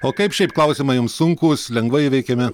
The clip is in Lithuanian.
o kaip šiaip klausimai jums sunkūs lengvai įveikiami